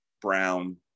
brown